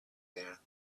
there